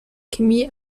chemie